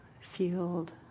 field